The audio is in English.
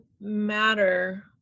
matter